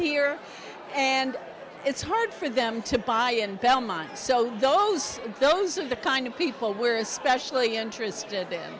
here and it's hard for them to buy in belmont so those those are the kind of people we're especially interested in